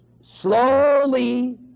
slowly